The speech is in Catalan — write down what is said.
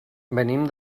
venim